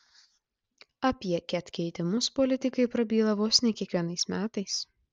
apie ket keitimus politikai prabyla vos ne kiekvienais metais